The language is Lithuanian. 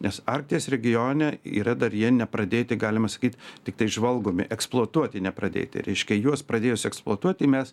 nes arkties regione yra dar jie nepradėti galima sakyt tiktai žvalgomi eksploatuoti nepradėti reiškia juos pradėjus eksploatuoti mes